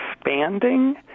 expanding